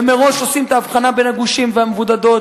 ומראש עושים את ההבחנה בין הגושים והמבודדות,